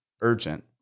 urgent